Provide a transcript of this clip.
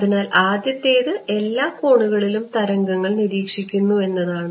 അതിനാൽ ആദ്യത്തേത് എല്ലാ കോണുകളിലും തരംഗങ്ങൾ നിരീക്ഷിക്കുന്നു എന്നതാണ്